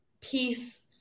peace